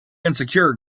insecure